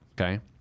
Okay